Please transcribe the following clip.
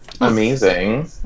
Amazing